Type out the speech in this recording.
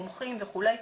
מומחים וכו',